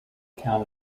account